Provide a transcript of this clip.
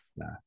Nah